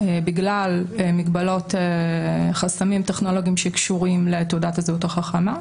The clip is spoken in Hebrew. בגלל מגבלות וחסמים טכנולוגיים שקשורים לתעודת הזהות החכמה,